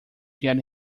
get